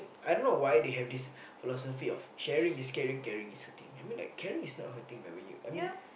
I don't know why they have this philosophy of sharing is caring caring is hurting I mean like caring is not hurting but when you I mean